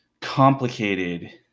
complicated